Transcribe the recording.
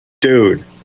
dude